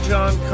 John